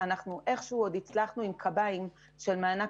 אנחנו עוד איכשהו הצלחנו עם קביים של מענק